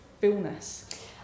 fullness